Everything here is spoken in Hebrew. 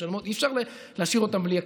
אי-אפשר להשאיר אותן בלי הכסף.